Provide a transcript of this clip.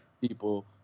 people